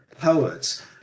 poets